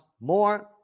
more